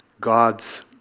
God's